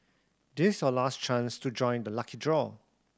this your last chance to join the lucky draw